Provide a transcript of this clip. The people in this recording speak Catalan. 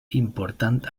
important